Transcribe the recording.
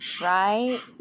Right